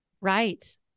Right